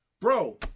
Bro